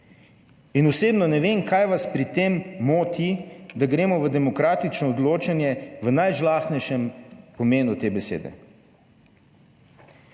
In osebno ne vem, kaj vas pri tem moti, da gremo v demokratično odločanje v najžlahtnejšem pomenu te besede.